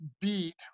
beat